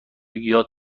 یاد